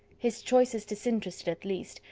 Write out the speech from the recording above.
his choice is disinterested at least,